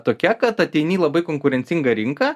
tokia kad ateini į labai konkurencingą rinką